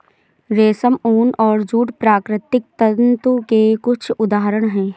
रेशम, ऊन और जूट प्राकृतिक तंतु के कुछ उदहारण हैं